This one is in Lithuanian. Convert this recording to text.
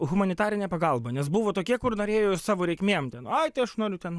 humanitarine pagalba nes buvo tokie kur norėjo savo reikmėm ten ai tai aš noriu ten